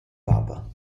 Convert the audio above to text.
papa